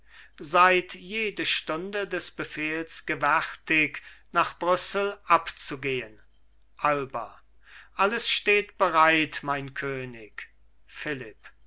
seid jede stunde des befehls gewärtig nach brüssel abzugehen alba alles steht bereit mein könig philipp